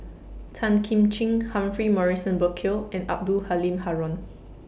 Tan Kim Ching Humphrey Morrison Burkill and Abdul Halim Haron